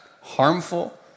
harmful